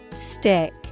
Stick